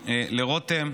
לרותם,